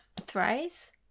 Thrice